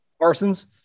Parsons